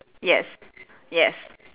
yes yes